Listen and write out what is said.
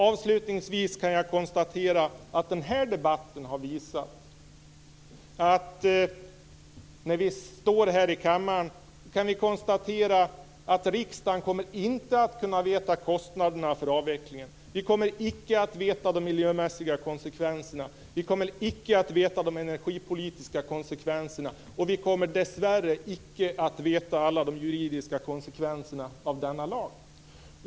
Avslutningsvis kan jag konstatera att den här debatten har visat att riksdagen inte kommer att kunna veta något om kostnaderna för avvecklingen. Vi kommer inte att veta något om de miljömässiga konsekvenserna. Vi kommer inte att veta något om de energipolitiska konsekvenserna. Vi kommer dessvärre icke att veta alla de juridiska konsekvenserna av denna lag.